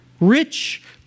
Rich